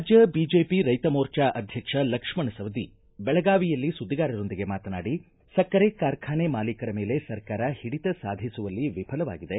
ರಾಜ್ಯ ಬಿಜೆಪಿ ರೈತ ಮೋರ್ಚಾ ಅಧ್ಯಕ್ಷ ಲಕ್ಷ್ಮಣ ಸವದಿ ಬೆಳಗಾವಿಯಲ್ಲಿ ಸುದ್ದಿಗಾರರೊಂದಿಗೆ ಮಾತನಾಡಿ ಸಕ್ಕರೆ ಕಾರ್ಖಾನೆ ಮಾಲಿಕರ ಮೇಲೆ ಸರ್ಕಾರ ಹಿಡಿತ ಸಾಧಿಸುವಲ್ಲಿ ವಿಫಲವಾಗಿದೆ